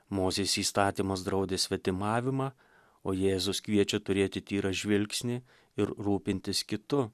mozės įstatymas draudė svetimavimą o jėzus kviečia turėti tyrą žvilgsnį ir rūpintis kitu